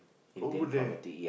over there